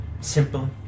simple